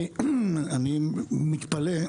אני מתפלא,